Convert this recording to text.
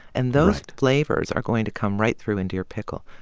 and those flavors are going to come right through into your pickle.